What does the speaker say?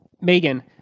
Megan